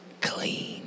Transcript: Clean